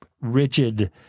rigid